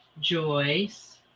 Joyce